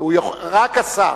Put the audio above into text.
רק השר.